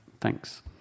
Thanks